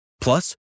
Plus